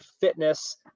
fitness